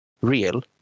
real